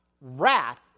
wrath